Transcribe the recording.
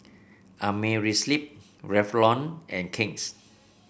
Amerisleep Revlon and King's